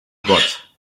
gott